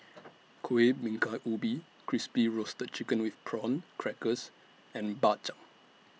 Kueh Bingka Ubi Crispy Roasted Chicken with Prawn Crackers and Bak Chang